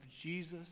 Jesus